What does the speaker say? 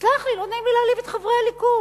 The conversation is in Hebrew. סלח לי, לא נעים לי להעליב את חברי הליכוד,